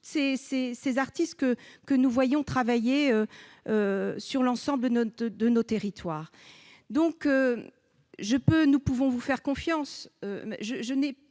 les artistes que nous voyons travailler sur l'ensemble de nos territoires. Nous pouvons vous faire confiance,